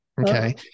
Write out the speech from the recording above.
Okay